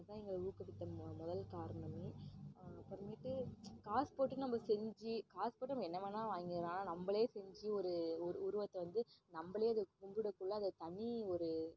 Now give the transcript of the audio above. அதுதான் எங்களை ஊக்குவித்த முதல் காரணமே அப்புறமேட்டு காசு போட்டு நம்ம செஞ்சு காசு போட்டு நம்ம என்ன வேணால் வாங்கிரலான் ஆனால் நம்மளே செஞ்சு ஒரு உருவத்தை வந்து நம்மளே அதை கும்பிடக்குள்ள அதை தனி ஒரு